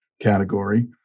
category